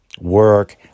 work